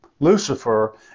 lucifer